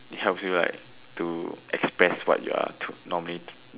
it helps you like to express what you are to normally